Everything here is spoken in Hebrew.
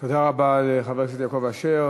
תודה רבה לחבר הכנסת יעקב אשר.